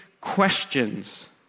questions